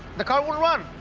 the car won't run.